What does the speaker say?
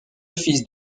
fils